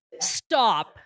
Stop